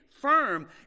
firm